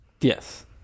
Yes